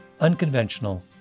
unconventional